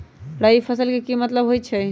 रबी फसल के की मतलब होई छई?